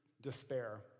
despair